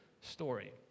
story